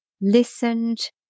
listened